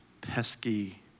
pesky